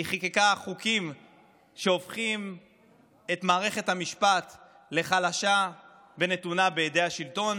היא חוקקה חוקים שהופכים את מערכת המשפט לחלשה ונתונה בידי השלטון,